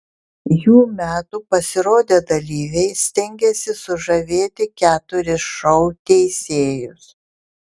jų metų pasirodę dalyviai stengėsi sužavėti keturis šou teisėjus